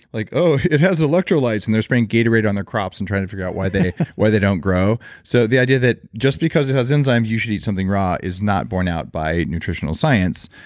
like, oh it has electrolytes, and they're spraying gatorade on their crops and trying to figure out why they why they don't grow. so the idea that just because it has enzymes you should eat something raw is not born out by nutritional science.